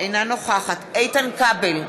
אינה נוכחת איתן כבל,